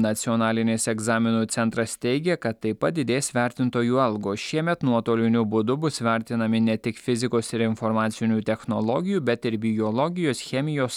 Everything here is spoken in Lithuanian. nacionalinis egzaminų centras teigia kad taip pat didės vertintojų algo šiemet nuotoliniu būdu bus vertinami ne tik fizikos ir informacinių technologijų bet ir biologijos chemijos